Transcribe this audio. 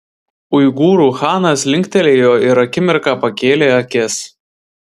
uigūrų chanas linktelėjo ir akimirką pakėlė akis